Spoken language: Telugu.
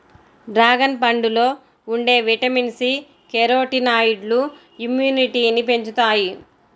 డ్రాగన్ పండులో ఉండే విటమిన్ సి, కెరోటినాయిడ్లు ఇమ్యునిటీని పెంచుతాయి